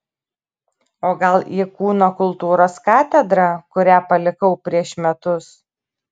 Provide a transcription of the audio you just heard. o gal į kūno kultūros katedrą kurią palikau prieš metus